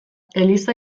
eliza